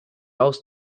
else